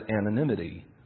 anonymity